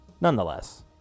Nonetheless